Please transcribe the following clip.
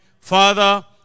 Father